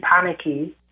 panicky